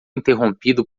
interrompido